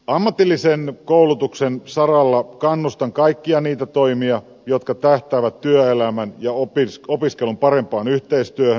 ammatillisen koulutuksen saralla kannustan kaikkia niitä toimia jotka tähtäävät työelämän ja opiskelun parempaan yhteistyöhön